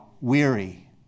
Weary